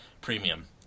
premium